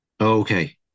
Okay